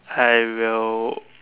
I will